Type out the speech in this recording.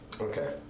Okay